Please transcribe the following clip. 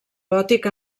gòtic